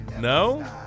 No